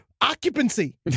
occupancy